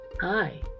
Hi